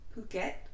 Phuket